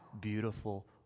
beautiful